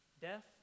Death